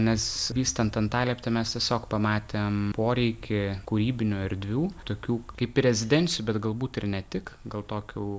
nes vystant antalieptę mes tiesiog pamatėm poreikį kūrybinių erdvių tokių kaip rezidencijų bet galbūt ir ne tik gal tokių